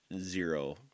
zero